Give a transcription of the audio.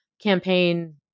campaign